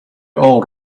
all